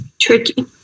Tricky